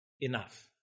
enough